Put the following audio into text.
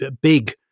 big